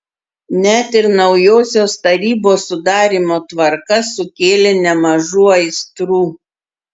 net ir naujosios tarybos sudarymo tvarka sukėlė nemažų aistrų